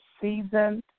season